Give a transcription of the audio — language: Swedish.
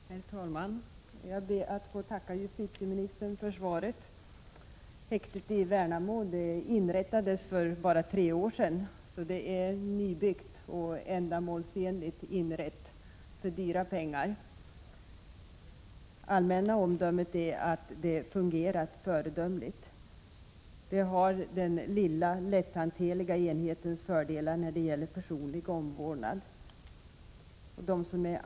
Herr talman! Jag ber att få tacka justitieministern för svaret. Det är bara tre år sedan häktet i Värnamo inrättades. Det är således nybyggt och ändamålsenligt inrett — för dyra pengar. Det allmänna omdömet om häktet är att det fungerat föredömligt. Det har den lilla lätthanterliga enhetens fördelar när det gäller personlig omvårdnad.